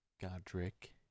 Godric